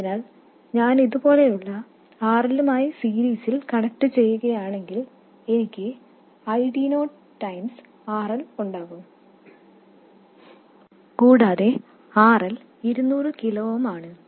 അതിനാൽ ഞാൻ ഇതുപോലുള്ള RL മായി സീരീസിൽ കണക്റ്റു ചെയ്യുകയാണെങ്കിൽ എനിക്ക് ID naught തവണ RL ഉണ്ടാകും കൂടാതെ RL 100 കിലോ ഓം ആണ്